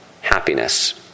happiness